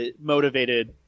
motivated